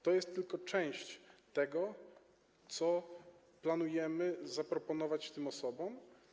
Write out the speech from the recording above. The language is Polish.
To jest tylko część tego, co planujemy zaproponować tym osobom.